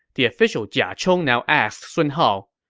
the official jia chong now asked sun hao,